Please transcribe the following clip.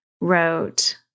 wrote